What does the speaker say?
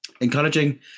encouraging